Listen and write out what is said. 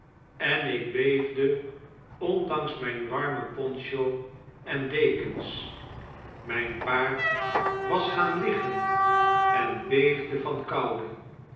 en ik beefde ondanks mgn warme poncho en dekens mjjn paard was gaan liggen en beefde van koude